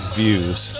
views